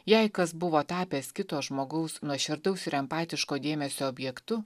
jei kas buvo tapęs kito žmogaus nuoširdaus ir empatiško dėmesio objektu